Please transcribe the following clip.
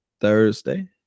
Thursday